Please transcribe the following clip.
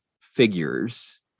figures